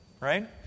right